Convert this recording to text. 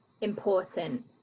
important